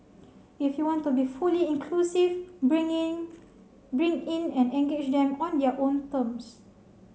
if you want to be fully inclusive bring in bring in and engage them on their own terms